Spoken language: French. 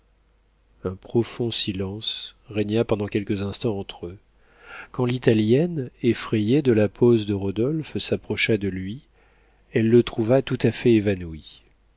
un profond silence régna pendant quelques instants entre eux quand l'italienne effrayée de la pose de rodolphe s'approcha de lui elle le trouva tout à fait évanoui